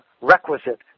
requisite